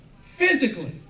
physically